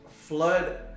flood